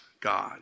God